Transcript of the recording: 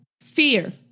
fear